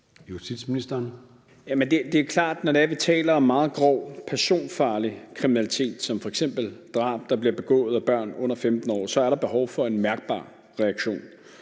Det er klart, at når vi taler om meget grov personfarlig kriminalitet som f.eks. drab, der bliver begået af børn under 15 år, så er der behov for en mærkbar reaktion.